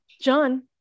John